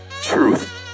Truth